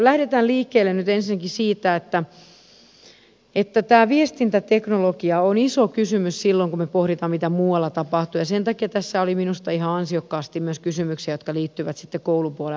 lähdetään liikkeelle nyt ensinnäkin siitä että tämä viestintäteknologia on iso kysymys silloin kun me pohdimme mitä muualla tapahtuu ja sen takia tässä oli minusta ihan ansiokkaasti myös kysymyksiä jotka liittyvät koulupuolen asioihin